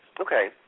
Okay